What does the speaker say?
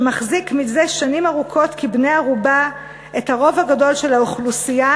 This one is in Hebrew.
שמחזיק זה שנים ארוכות כבני-ערובה את הרוב הגדול של האוכלוסייה